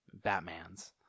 Batmans